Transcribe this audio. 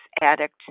addict